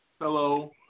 Hello